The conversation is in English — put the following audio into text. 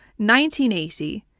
1980